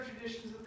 traditions